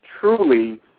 truly